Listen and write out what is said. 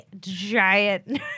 giant